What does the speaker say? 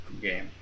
game